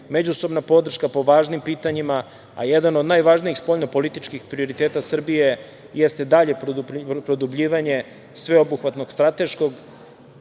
međusobna podrška po važnim pitanjima, a jedan od najvažnijih spoljnopolitičkih prioriteta Srbije jeste dalje produbljivanje sveobuhvatnog strateškog